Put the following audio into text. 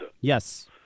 Yes